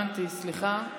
הבנתי, סליחה.